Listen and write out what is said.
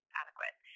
adequate